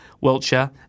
Wiltshire